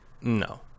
No